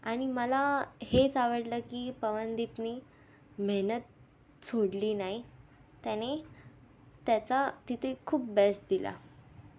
आणि मला हेच आवडलं की पवनदीपनी मेहनत सोडली नाही त्याने त्याचा तिथे खूप बेस्ट दिला